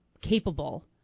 capable